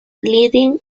leading